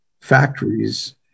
factories